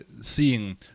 seeing